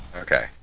Okay